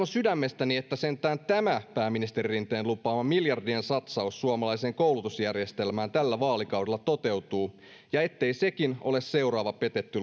sydämestäni että sentään tämä pääministeri rinteen lupaama miljardien satsaus suomalaiseen koulutusjärjestelmään tällä vaalikaudella toteutuu ja ettei sekin ole seuraava petetty